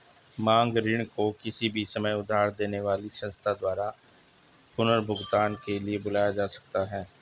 मांग ऋण को किसी भी समय उधार देने वाली संस्था द्वारा पुनर्भुगतान के लिए बुलाया जा सकता है